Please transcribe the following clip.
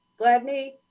Gladney